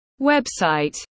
website